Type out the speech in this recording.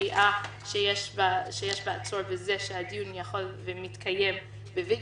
הפגיעה שיש בעצור בכך שהדיון יכול ומתקיים ב-video